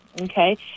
Okay